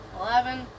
eleven